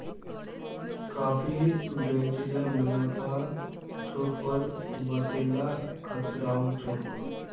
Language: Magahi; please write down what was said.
काफी बेच ल मुनाफा छोक पर वतेला खतराओ छोक